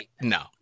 No